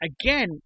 Again